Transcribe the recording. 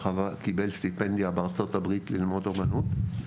קיבל מלגה בארצות הברית ללימודי אמנות.